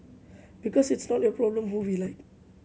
because it's not your problem who we like